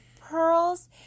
pearls